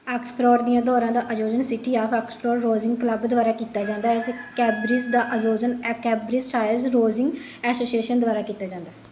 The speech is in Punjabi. ਆਕਸਫਰੋਡ ਦੀਆਂ ਦੌੜ ਦਾ ਆਯੋਜਨ city of Oxford rowing club ਦੁਆਰਾ ਕੀਤਾ ਜਾਂਦਾ ਹੈ ਅਤੇ ਕੈਂਬਰਿਜ ਦਾ ਆਯੋਜਨ ਅਕੈਂਬਰਿਜ ਸ਼ਾਇਰ ਰੋਸਿੰਗ ਐਸ਼ੋਸ਼ੀਏਸ਼ਨ ਦੁਆਰਾ ਕੀਤਾ ਜਾਂਦਾ ਹੈ